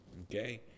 okay